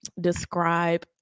describe